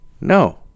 No